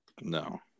No